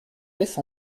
laisse